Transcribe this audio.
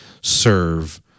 serve